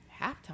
halftime